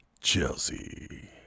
Chelsea